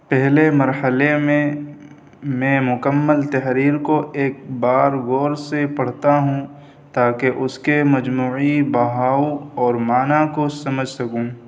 پہلے مرحلے میں میں مکمل تحریر کو ایک بار غور سے پڑھتا ہوں تاکہ اس کے مجموعی بہاؤ اور معنی کو سمجھ سکوں